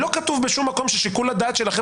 לא כתוב בשום מקום ששיקול הדעת שלכם